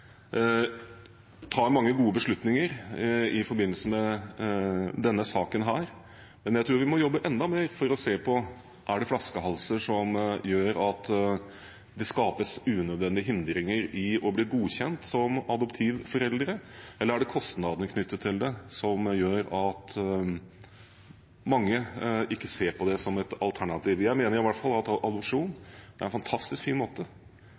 tar mange gode beslutninger i forbindelse med denne saken, men jeg tror vi må jobbe enda mer for å se på: Er det flaskehalser som gjør at det skapes unødvendige hindringer for å bli godkjent som adoptivforeldre, eller er det kostnadene knyttet til det som gjør at mange ikke ser på det som et alternativ? Jeg mener i hvert fall at adopsjon er en fantastisk fin måte